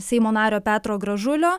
seimo nario petro gražulio